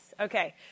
Okay